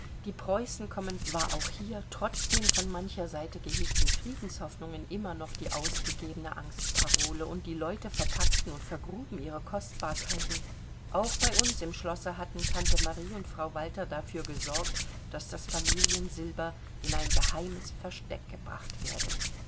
die preußen kommen war auch hier trotz den von mancher seite gehegten friedenshoffnungen immer noch die ausgegebene angstparole und die leute verpackten und vergruben ihre kostbarkeiten auch bei uns im schlosse hatten tante marie und frau walter dafür gesorgt daß das familiensilber in ein geheimes versteck gebracht werde